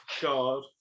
god